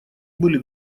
были